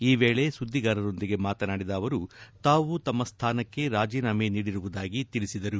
ಈ ವೇಳೆ ಸುದ್ದಿಗಾರರೊಂದಿಗೆ ಮಾತನಾದಿದ ಅವರು ತಾವು ತಮ್ಮ ಸ್ವಾನಕ್ಕೆ ರಾಜೀನಾಮೆ ನೀಡಿರುವುದಾಗಿ ತಿಳಿಸಿದರು